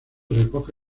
recoge